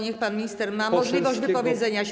Niech pan minister ma możliwość wypowiedzenia się.